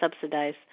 subsidize